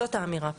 זאת האמירה פה.